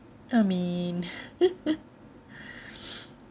amin